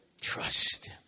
Trust